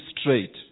straight